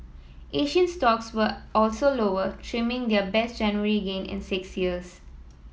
Asian stocks were also lower trimming their best January gain in six years